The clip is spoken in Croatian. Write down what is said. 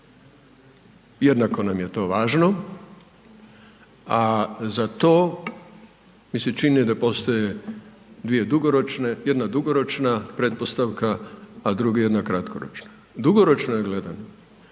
jednako nam je to važno. A za to mi se čine da postoje dvije dugoročne, jedna dugoročna pretpostavaka, a druga jedna kratkoročna. Dugoročno gledano